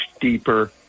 deeper